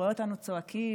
רואה אותנו צועקים.